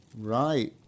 Right